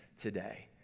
today